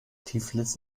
tiflis